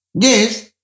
Yes